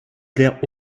claire